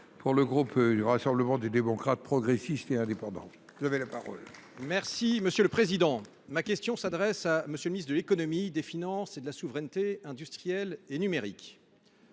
du groupe Rassemblement des démocrates, progressistes et indépendants,